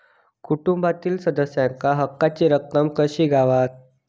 कुटुंबातील सदस्यांका हक्काची रक्कम कशी गावात?